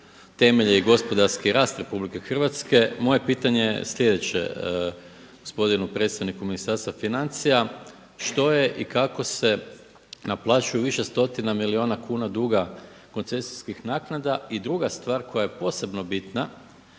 temelje i gospodarski rast RH moje pitanje je sljedeće gospodinu predstavniku Ministarstva financija. Što je i kako se naplaćuju više stotina milijuna kuna duga koncesijskih naknada? I druga stvar koja je posebno bitna